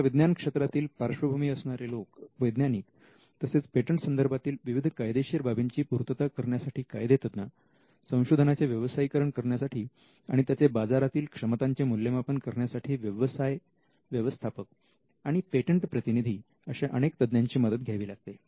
तुम्हाला विज्ञान क्षेत्रातील पार्श्वभूमी असणारे लोक वैज्ञानिक तसेच पेटंट संदर्भातील विविध कायदेशीर बाबींची पूर्तता करण्यासाठी कायदेतज्ञ संशोधनाचे व्यवसायीकरण करण्यासाठी आणि त्याचे बाजारातील क्षमतांचे मूल्यमापन करण्यासाठी व्यवसाय व्यवस्थापक आणि पेटंट प्रतिनिधी अशा अनेक तज्ञांची मदत घ्यावी लागते